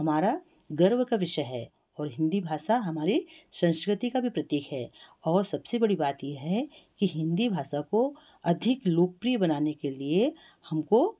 हमारा गर्व का विषय है और हिंदी भाषा हमारी संस्कृति का भी प्रतीक है और सबसे बड़ी बात ये है कि हिंदी भाषा को अधिक लोकप्रिय बनाने के लिए हमको